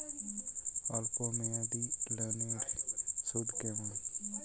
অল্প মেয়াদি লোনের সুদ কেমন?